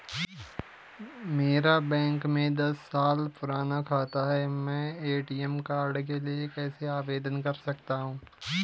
मेरा बैंक में दस साल पुराना खाता है मैं ए.टी.एम कार्ड के लिए कैसे आवेदन कर सकता हूँ?